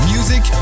Music